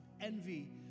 envy